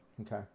Okay